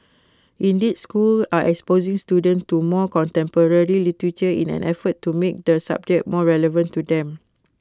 indeed schools are exposing students to more contemporary literature in an effort to make the subject more relevant to them